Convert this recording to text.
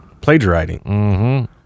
Plagiarizing